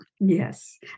Yes